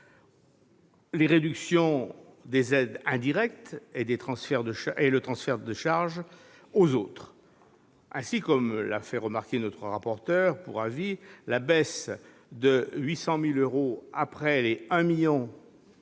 les réductions des aides indirectes et le transfert de charges aux autres. Comme l'a fait remarquer le rapporteur pour avis, la baisse de 800 millions d'euros, après 1 milliard